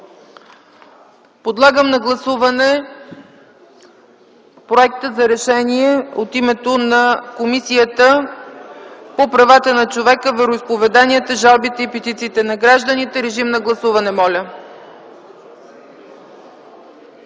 Подлагам на гласуване проекта за решение от името на Комисията по правата на човека, вероизповеданията, жалбите и петициите на гражданите. (Шум и реплики.)